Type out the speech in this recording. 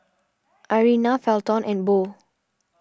Irena Felton and Bo